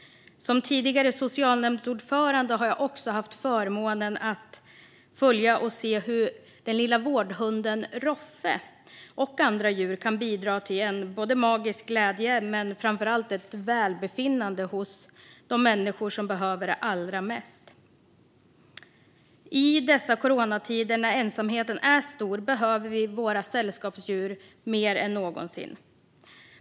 Som tidigare socialnämndsordförande har jag också haft förmånen att följa och se hur den lilla vårdhunden Roffe och andra djur kan bidra till både magisk glädje och framför allt välbefinnande hos de människor som behöver det allra mest. I dessa coronatider, när ensamheten är stor, behöver vi våra sällskapsdjur mer än någonsin.